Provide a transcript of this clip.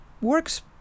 works